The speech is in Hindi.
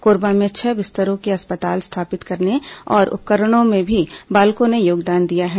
कोरबा में छह बिस्तरों के अस्पताल स्थापित करने और उपकरणों में भी बालको ने योगदान दिया है